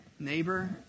Neighbor